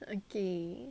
okay